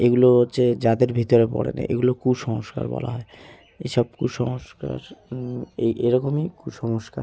এগুলো হচ্ছে জাতের ভিতরে পড়ে না এগুলো কুসংস্কার বলা হয় এই সব কুসংস্কার এই এরকমই কুসংস্কার